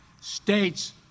States